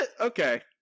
Okay